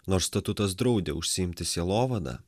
nors statutas draudė užsiimti sielovada